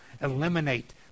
eliminate